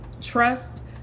trust